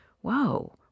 whoa